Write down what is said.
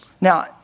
now